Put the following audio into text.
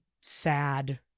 sad